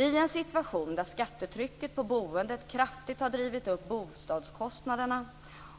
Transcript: I en situation där skattetrycket på boendet kraftigt har drivit upp bostadskostnaderna